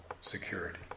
security